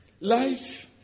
Life